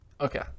Okay